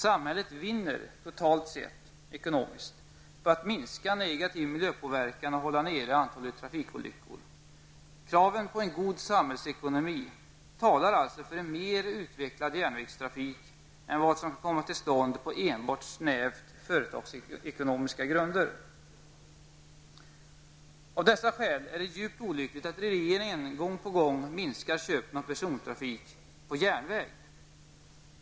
Samhället vinner totalt sett ekonomiskt på att minska negativ miljöpåverkan och hålla nere antalet trafikolyckor. Kraven på en god samhällsekonomi talar alltså för en mer utvecklad järnvägstrafik än vad som kan komma till stånd på enbart snävt företagsekonomiska grunder. Av dessa skäl är det djupt olyckligt att regeringen gång på gång minskar köpen av persontrafik på järnväg.